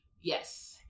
Yes